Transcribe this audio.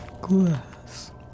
glass